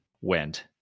went